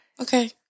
Okay